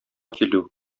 килү